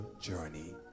journey